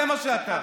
זה מה שאתה.